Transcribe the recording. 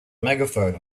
megaphone